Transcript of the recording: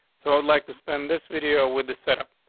so i would like to spend this video with the set up.